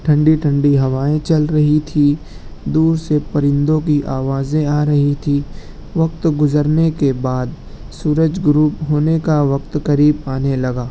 ٹھنڈی ٹھنڈی ہوائیں چل رہی تھیں دور سے پرندوں کی آوازیں آ رہی تھیں وقت گزرنے کے بعد سورج غروب ہونے کا وقت قریب آنے لگا